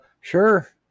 Sure